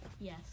Yes